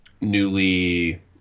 newly